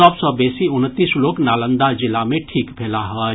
सभ सॅ बेसी उनतीस लोक नालंदा जिला मे ठीक भेलाह अछि